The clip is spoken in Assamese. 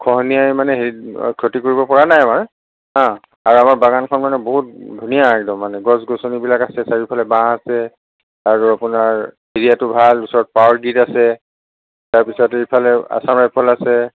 খহনীয়াই মানে হেৰি ক্ষতি কৰিব পৰা নাই আমাৰ অ' আৰু আমাৰ বাগানখন মানে বহুত ধুনীয়া একদম মানে গছ গছনিবিলাক আছে চাৰিওফালে বাহ আছে আৰু আপোনাৰ এৰিয়াটো ভাল ওচৰত পাৱাৰ গ্ৰিড আছে তাৰপিছত এইফালে আছাম ৰাইফল আছে